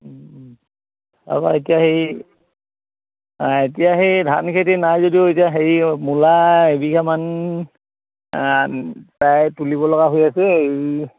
তাৰপা এতিয়া সেই এতিয়া সেই ধান খেতি নাই যদিও এতিয়া হেৰি মূলা এবিঘামান প্ৰায় তুলিব লগা হৈ আছে এই